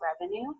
revenue